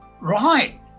right